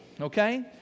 okay